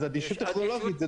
אז אדישות טכנולוגית.